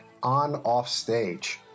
OnOffStage